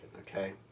okay